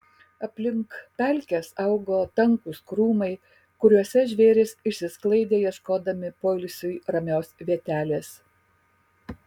aplink pelkes augo tankūs krūmai kuriuose žvėrys išsisklaidė ieškodami poilsiui ramios vietelės